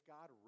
God